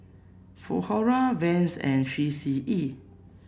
Vans and Three C E